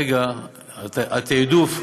כרגע התעדוף,